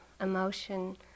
emotion